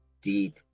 deep